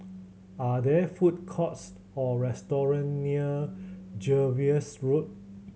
are there food courts or restaurant near Jervois Road